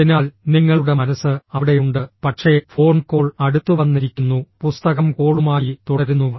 അതിനാൽ നിങ്ങളുടെ മനസ്സ് അവിടെയുണ്ട് പക്ഷേ ഫോൺ കോൾ അടുത്തുവന്നിരിക്കുന്നു പുസ്തകം കോളുമായി തുടരുന്നു